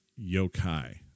yokai